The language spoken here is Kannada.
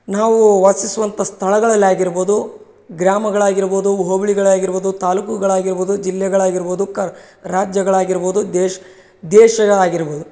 ನಾವು ವಾಸಿಸುವಂಥ ಸ್ಥಳಗಳಲ್ಲೆ ಆಗಿರ್ಬೋದು ಗ್ರಾಮಗಳಾಗಿರ್ಬೋದು ಹೋಬಳಿಗಳಾಗಿರ್ಬೋದು ತಾಲೂಕುಗಳಾಗಿರ್ಬೋದು ಜಿಲ್ಲೆಗಳಾಗಿರ್ಬೋದು ಕರ್ ರಾಜ್ಯಗಳಾಗಿರ್ಬೋದು ದೇಶ ದೇಶಗಳಾಗಿರ್ಬೋದು